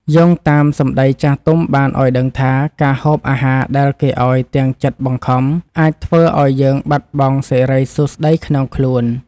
យោងតាមសម្តីចាស់ទុំបានឱ្យដឹងថាការហូបអាហារដែលគេឱ្យទាំងចិត្តបង្ខំអាចធ្វើឱ្យយើងបាត់បង់សិរីសួស្តីក្នុងខ្លួន។